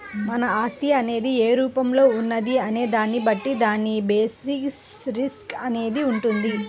మన ఆస్తి అనేది ఏ రూపంలో ఉన్నది అనే దాన్ని బట్టి దాని బేసిస్ రిస్క్ అనేది వుంటది